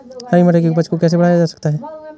हरी मटर की उपज को कैसे बढ़ाया जा सकता है?